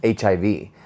HIV